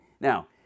Now